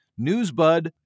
NewsBud